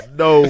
no